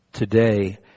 Today